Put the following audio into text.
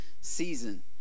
season